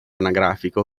anagrafico